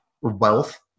wealth